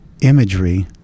imagery